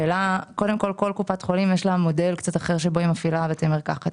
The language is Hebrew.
לכל קופת חולים יש מודל קצת אחר שבו היא מפעילה בתי מרקחת.